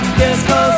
disco